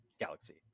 galaxy